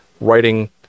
writing